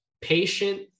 patient